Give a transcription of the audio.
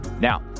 Now